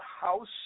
house